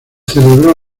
celebró